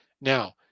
Now